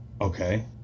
Okay